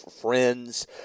friends